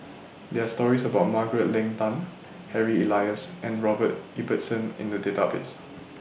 There Are stories about Margaret Leng Tan Harry Elias and Robert Ibbetson in The Database